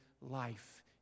life